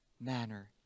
manner